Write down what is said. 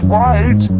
right